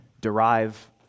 derive